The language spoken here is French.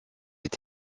est